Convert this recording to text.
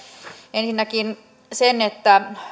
ensinnäkin